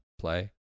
Play